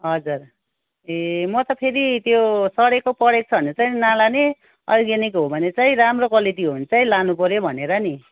हजुर ए म त फेरि त्यो सडेको पडेको छ भने चाहिँ नलाने अर्ग्यानिक हो भने चाहिँ राम्रो क्वालिटी हो भने चाहिँ लानुपऱ्यो भनेर नि